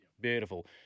Beautiful